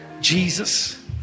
Jesus